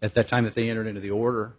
at the time that they entered into the order